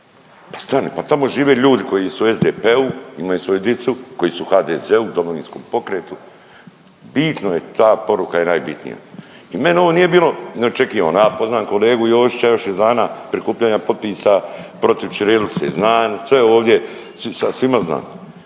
Pa stani pa tamo žive ljudi koji su u SDP-u, imaju svoju dicu, koji su u HDZ-u, Domovinskom pokretu. Bitno je ta poruka je najbitnija. I meni ovo nije bilo neočekivano. Ja poznam kolegu Josića još iz dana prikupljanja potpisa protiv ćirilice, znam sve ovdje svima znam.